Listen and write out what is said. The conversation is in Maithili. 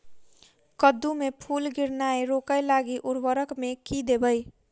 कद्दू मे फूल गिरनाय रोकय लागि उर्वरक मे की देबै?